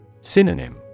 Synonym